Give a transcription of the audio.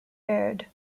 aired